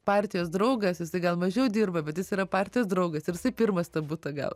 partijos draugas jisai gal mažiau dirba bet jis yra partijos draugas ir tai pirmas tą butą gaus